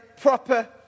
proper